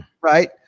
Right